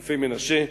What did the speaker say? אלפי-מנשה,